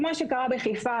כמו שקרה בחיפה,